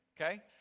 Okay